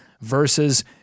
versus